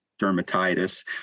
dermatitis